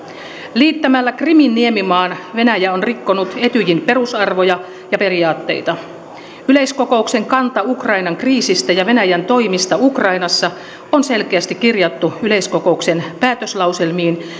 liittämällä krimin niemimaan venäjä on rikkonut etyjin perusarvoja ja periaatteita yleiskokouksen kanta ukrainan kriisistä ja venäjän toimista ukrainassa on selkeästi kirjattu yleiskokouksen päätöslauselmiin